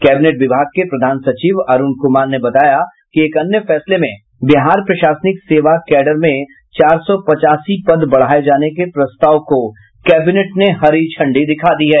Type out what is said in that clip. cabinet विभाग के प्रधान सचिव अरूण कुमार ने बताया कि एक अन्य फैसले में बिहार प्रशासनिक सेवा कैडर में चार सौ पचासी पद बढ़ाये जाने के प्रस्ताव को कैबिनेट ने हरी झंडी दिखा दी है